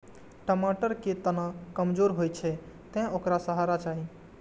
टमाटर के तना कमजोर होइ छै, तें ओकरा सहारा चाही